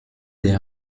des